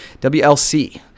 WLC